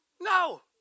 No